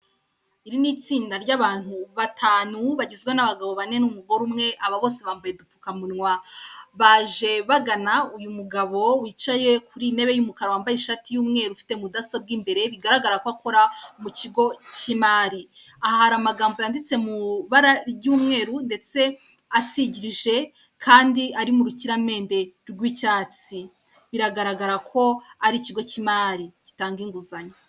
Iri ni itsinda ry'abantu batanu bagizwe n'abagabo bane n'umugore umwe bose bambaye udupfuka munwa baje bagana umugabo wicaye kuri iyi ntebe y'umukara yambaye ishati y'umweru ufite mu dasobwa imbere bigaragara ko akora mu cy'imari, aha hari amagambo yanditse mu ibara ry'umweru kandi asigirije biragaragara ko ari ikigo cy'imari gitanga inguzanyo.